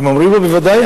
הם אומרים לו: בוודאי.